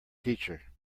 teacher